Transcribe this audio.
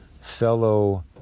fellow